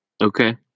Okay